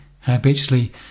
habitually